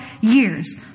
years